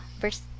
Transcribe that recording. first